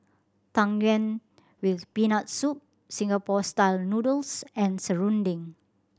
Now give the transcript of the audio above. Tang Yuen with Peanut Soup Singapore Style Noodles and serunding